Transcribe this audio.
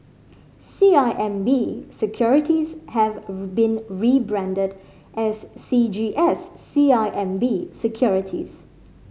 C I M B Securities have been rebranded as C G S C I M B Securities